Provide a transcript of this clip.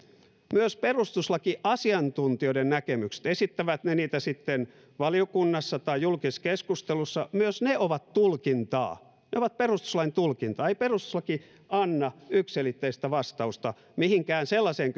myös perustuslakiasiantuntijoiden näkemykset esittävät he niitä sitten valiokunnassa tai julkisessa keskustelussa ovat tulkintaa ne ovat perustuslain tulkintaa ei perustuslaki anna yksiselitteistä vastausta mihinkään sellaiseen